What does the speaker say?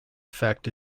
effect